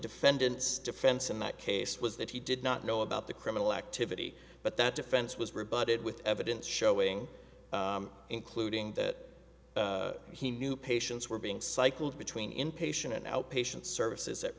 defendant's defense in that case was that he did not know about the criminal activity but that defense was rebutted with evidence showing including that he knew patients were being cycled between inpatient and outpatient services